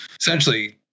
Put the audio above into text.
essentially